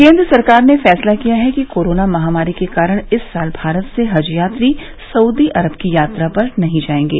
केन्द्र सरकार ने फैसला किया है कि कोरोना महामारी के कारण इस साल भारत से हज यात्री सउदी अरब की यात्रा पर नहीं जाएंगे